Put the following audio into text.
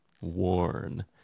worn